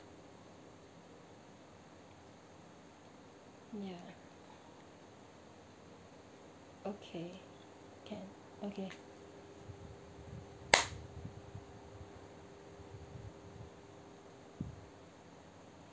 ya okay can okay